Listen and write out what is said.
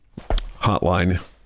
hotline